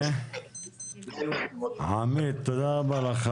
תודה רבה.